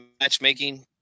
matchmaking